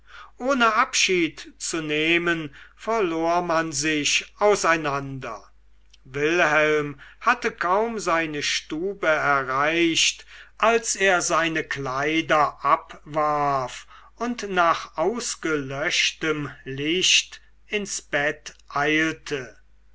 ohne abschied zu nehmen verlor man sich auseinander wilhelm hatte kaum seine stube erreicht als er seine kleider abwarf und nach ausgelöschtem licht ins bett eilte